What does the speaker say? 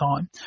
time